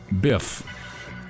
Biff